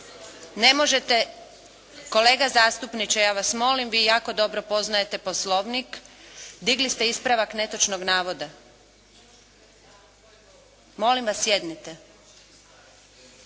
ne čuje./… Kolega zastupniče! Ja vas molim, vi jako dobro poznajte Poslovnik. Digli ste ispravak netočnog navoda. Molim vas sjednite.